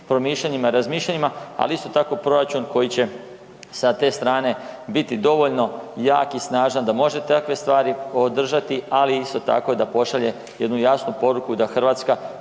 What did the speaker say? promišljanjima i razmišljanjima, ali isto tako proračun koji će sa te strane biti dovoljno jak i snažan da može takve stvari održati, ali isto tako da pošalje jednu jasnu poruku da Hrvatska